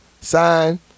Sign